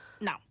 No